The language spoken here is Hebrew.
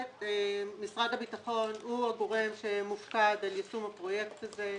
משרד הביטחון הוא הגורם שמופקד על יישום הפרויקט הזה.